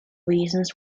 reasons